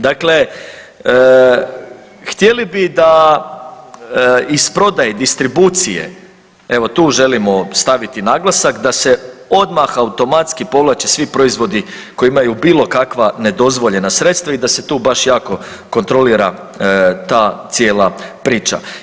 Dakle, htjeli bi da iz prodaje, distribucije, evo tu želimo staviti naglasak, da se odmah automatski povlače svi proizvodi koji imaju bilokakva nedozvoljena sredstva i da se tu baš jako kontrolira ta cijela priča.